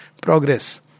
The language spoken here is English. progress